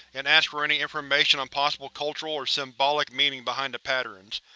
and asked for any information on possible cultural or symbolic meaning behind the patterns.